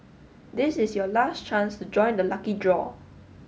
this is your last chance to join the lucky draw